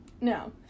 no